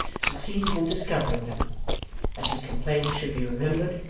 succeeded in discovering them that his complaint should be remembered,